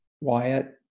Wyatt